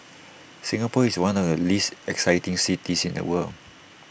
Singapore is one of the least exciting cities in the world